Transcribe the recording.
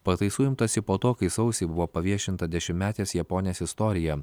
pataisų imtasi po to kai sausį buvo paviešinta dešimtmetės japonės istorija